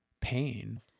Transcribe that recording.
pain